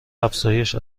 افزایش